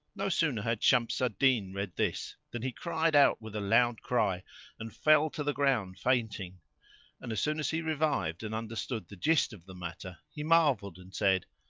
no sooner had shams al-din read this than he cried out with a loud cry and fell to the ground fainting and as soon as he revived and understood the gist of the matter he marvelled and said,